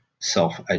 Self